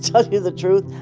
tell you the truth,